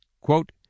quote